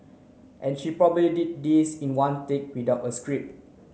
and she probably did this in one take without a scrip